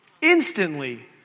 instantly